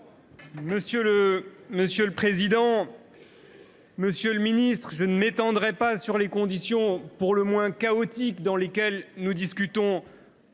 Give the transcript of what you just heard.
Monsieur le président, monsieur le ministre, mes chers collègues, je ne m’étendrai pas sur les conditions pour le moins chaotiques dans lesquelles nous discutons